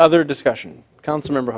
other discussion council member